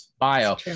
bio